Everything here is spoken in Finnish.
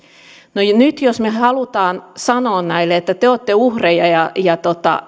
no nyt jos me haluamme sanoa heille että te te olette uhreja ja ja